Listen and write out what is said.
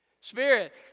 Spirit